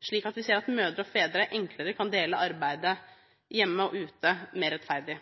slik at vi ser at mødre og fedre enklere kan dele arbeidet hjemme og ute mer rettferdig.